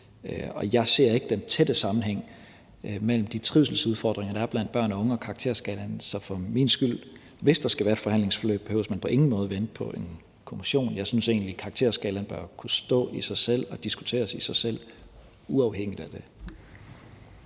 Jeg ser ikke den tætte sammenhæng mellem de trivselsudfordringer, der er blandt børn unge, og karakterskalaen. Så for min skyld behøver man på ingen måde, hvis der skal være et forhandlingsforløb, at vente på en kommission. Jeg synes egentlig, at karakterskalaen bør kunne stå for sig selv og diskuteres i sig selv uafhængigt af det.